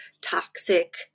toxic